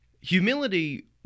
humility